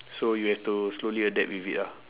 so you have to slowly adapt with it ah